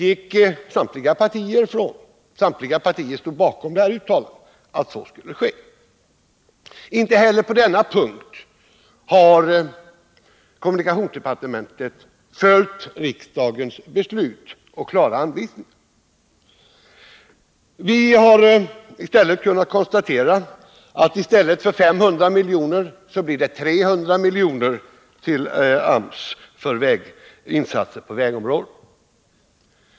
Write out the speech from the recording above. Samtliga partier stod bakom uttalandet och utgick ifrån att så skulle ske. Inte heller på denna punkt har kommunikationsdepartementet följt riksdagens beslut och klara anvisning. Vi kan i stället konstatera att det inte blir 500 miljoner utan 300 miljoner till AMS för insatser på vägområdet.